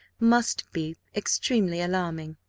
must be extremely alarming.